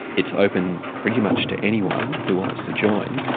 it's open pretty much to anyone who wants to join.